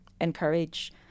encourage